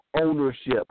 ownership